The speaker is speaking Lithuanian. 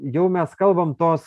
jau mes kalbam tos